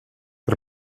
per